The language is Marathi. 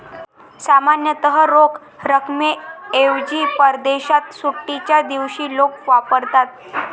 सामान्यतः रोख रकमेऐवजी परदेशात सुट्टीच्या दिवशी लोक वापरतात